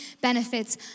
benefits